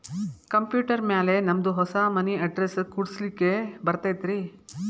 Computer ಮ್ಯಾಲೆ ನಮ್ದು ಹೊಸಾ ಮನಿ ಅಡ್ರೆಸ್ ಕುಡ್ಸ್ಲಿಕ್ಕೆ ಬರತೈತ್ರಿ?